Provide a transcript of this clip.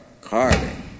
carving